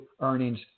earnings